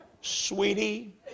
Sweetie